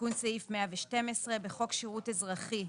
תיקון סעיף 112 1. בחוק שירות אזרחי,